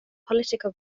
political